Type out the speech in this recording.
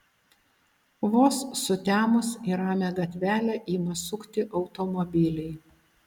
vos sutemus į ramią gatvelę ima sukti automobiliai